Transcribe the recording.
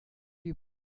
you